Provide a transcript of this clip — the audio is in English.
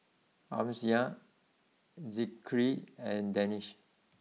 Amsyar Zikri and Danish